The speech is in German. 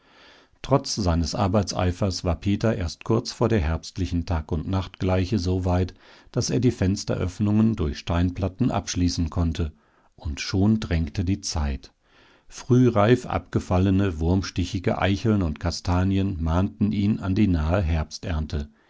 trotz seines arbeitseifers war peter erst kurz vor der herbstlichen tagundnachtgleiche so weit daß er die fensteröffnungen durch steinplatten abschließen konnte und schon drängte die zeit frühreif abgefallene wurmstichige eicheln und kastanien mahnten ihn an die nahe